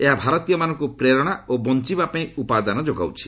ଏହା ଭାରତୀୟମାନଙ୍କୁ ପ୍ରେରଣା ଓ ବଞ୍ଚବାପାଇଁ ଉପାଦାନ ଯୋଗାଉଛି